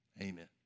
Amen